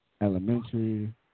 elementary